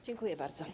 Dziękuję bardzo.